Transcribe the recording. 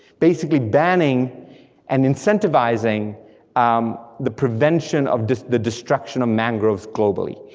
basically banning and incentivizing um the prevention of the destruction of mangroves globally,